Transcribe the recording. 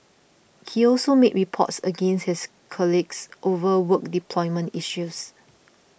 he also made reports against his colleagues over work deployment issues